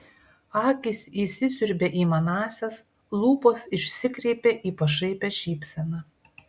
akys įsisiurbė į manąsias lūpos išsikreipė į pašaipią šypseną